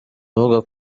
avuga